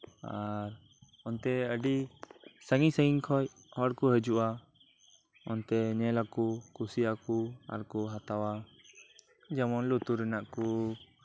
ᱟᱨ ᱚᱱᱛᱮ ᱟᱹᱰᱤ ᱥᱟᱺᱜᱤᱧ ᱥᱟᱺᱜᱤᱧ ᱠᱷᱚᱱ ᱦᱚᱲᱠᱚ ᱦᱤᱡᱩᱜᱼᱟ ᱚᱱᱛᱮ ᱧᱮᱞᱟᱠᱚ ᱠᱩᱥᱤᱜ ᱟᱹᱠᱚ ᱟᱨᱠᱚ ᱦᱟᱛᱟᱣᱟ ᱡᱮᱢᱚᱱ ᱞᱩᱛᱩᱨ ᱨᱮᱭᱟᱜ ᱠᱚ